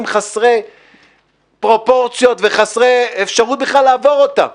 חסרי פרופורציות וחסרי אפשרות בכלל לעבור אותם.